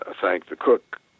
thank-the-cook